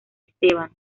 esteban